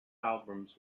albums